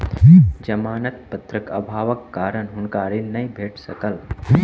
जमानत पत्रक अभावक कारण हुनका ऋण नै भेट सकल